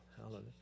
Hallelujah